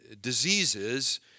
diseases